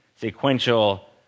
sequential